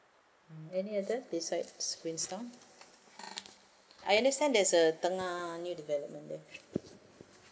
any others besides queenstown I understand there is a tengah new development there